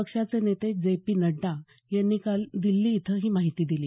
पक्षाचे नेते J P Nadda यांनी काल दिल्ली इथं ही माहिती दिली